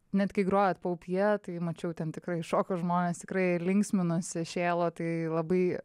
net kai grojot paupyje tai mačiau ten tikrai šoko žmonės tikrai linksminosi šėlo tai labai